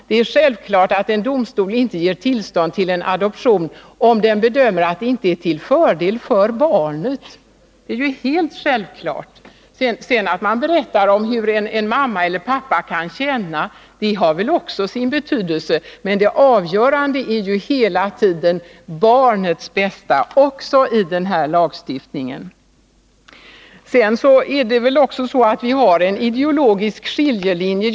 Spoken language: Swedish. Det är självklart att en domstol inte ger tillstånd till en adoption, om den bedömer att adoptionen inte är till fördel för barnet. Hur en mamma eller en pappa kan känna har också sin betydelse, men det avgörande är hela tiden barnets bästa — också i denna lagstiftning. Vi har här en ideologisk skiljelinje.